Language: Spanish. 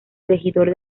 regidor